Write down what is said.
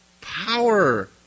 Power